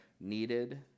needed